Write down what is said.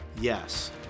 Yes